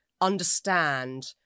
understand